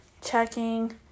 checking